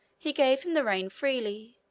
he gave him the rein freely,